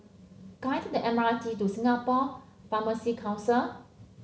can I take the M R T to Singapore Pharmacy Council